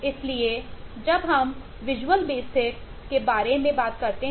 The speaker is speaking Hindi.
इसलिए जब हम विज़ुअल बेसिक है